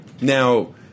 Now